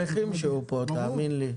אנחנו שמחים שהוא פה, תאמין לי.